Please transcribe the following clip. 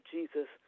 Jesus